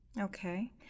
Okay